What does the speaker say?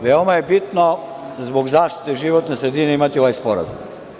Veoma je bitno zbog zaštite životne sredine imati ovaj sporazum.